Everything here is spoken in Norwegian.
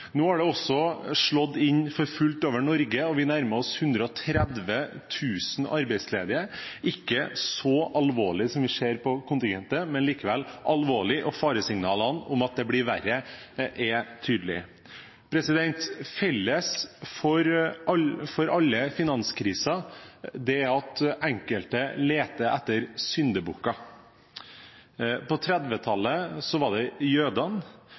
Nå har det også slått inn for fullt over Norge, og vi nærmer oss 130 000 arbeidsledige, noe som ikke er så alvorlig som vi ser på kontinentet, men likevel alvorlig, og faresignalene om at det blir verre, er tydelige. Felles for alle finanskriser er at enkelte leter etter syndebukker. På 1930-tallet var det jødene.